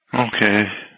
Okay